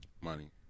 Money